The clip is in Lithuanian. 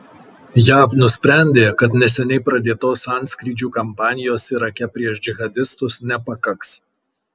jav nusprendė kad neseniai pradėtos antskrydžių kampanijos irake prieš džihadistus nepakaks